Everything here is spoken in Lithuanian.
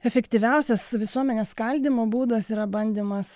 efektyviausias visuomenės skaldymo būdas yra bandymas